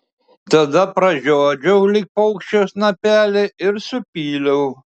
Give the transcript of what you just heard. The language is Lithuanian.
tada pražiodžiau lyg paukščio snapelį ir supyliau